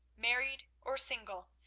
married or single,